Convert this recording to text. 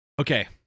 Okay